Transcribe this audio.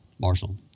Marshall